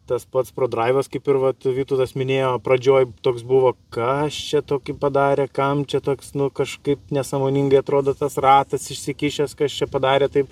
tas pats prodraivas kaip ir vat vytautas minėjo pradžioj toks buvo kas čia tokį padarė kam čia toks nu kažkaip nesąmoningai atrodo tas ratas išsikišęs kas čia padarė taip